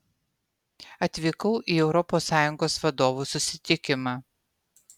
atvykau į europos sąjungos vadovų susitikimą